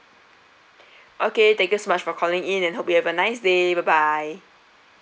okay thank you much for calling in and hope you have a nice day bye bye